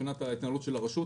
מבחינת ההתנהלות של הרשות,